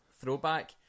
throwback